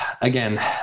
Again